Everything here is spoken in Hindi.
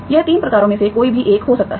यह 3 प्रकारों में से कोई भी एक हो सकता है